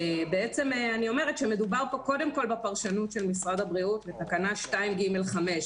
מדובר פה קודם כל בפרשנות של משרד הבריאות לתקנה 2(ג)5,